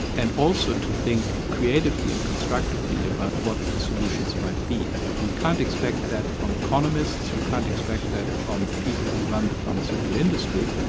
and also to think creatively and constructively about what the solutions might be. you can't expect that from economists, you can't expect that from people who run the pharmaceutical industry,